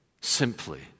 simply